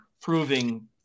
proving